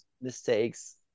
mistakes